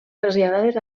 traslladades